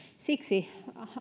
siksi